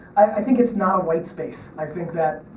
i think it's not a white space. i think that,